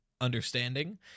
understanding